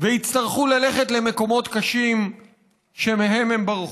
ויצטרכו ללכת למקומות קשים שמהם הם ברחו.